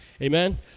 Amen